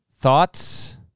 Thoughts